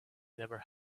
never